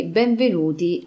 benvenuti